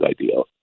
ideal